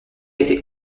été